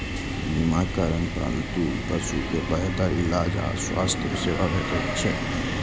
बीमाक कारण पालतू पशु कें बेहतर इलाज आ स्वास्थ्य सेवा भेटैत छैक